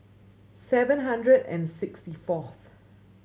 seven hundred and sixty fourth